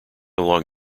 along